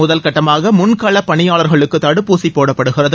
முதல்கட்டமாக முன்களப் பணியாளர்களுக்கு தடுப்பூசி போடப்படுகிறது